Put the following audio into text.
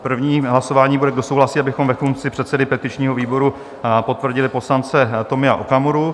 Prvním hlasováním bude, kdo souhlasí, abychom ve funkci předsedy petičního výboru potvrdili poslance Tomia Okamuru.